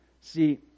See